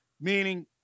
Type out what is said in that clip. Meaning